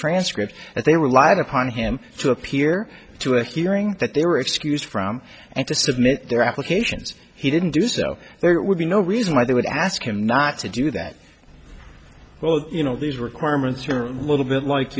transcript that they relied upon him to appear to act hearing that they were excused from and to submit their applications he didn't do so there would be no reason why they would ask him not to do that well you know these requirements are a little bit like